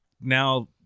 now